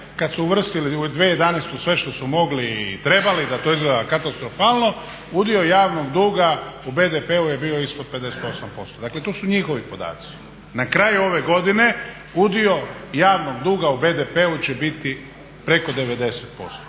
kada su uvrstili u 2011. sve što su mogli i trebali, da to izgleda katastrofalno, udio javnog duga u BDP-u je bio ispod 59%. Dakle to su njihovi podaci. Na kraju ove godine udio javnog duga u BDP-u će biti preko 90%.